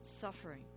suffering